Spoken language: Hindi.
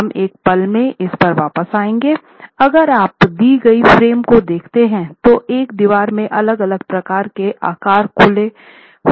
हम एक पल में इसपर वापस आएंगे अगर आप एक दी गई फ्रेम को देखते हैं तो एक दीवार में अलग अलग प्रकार के आकार खुले हो सकते हैं